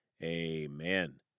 Amen